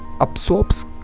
absorbs